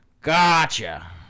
Gotcha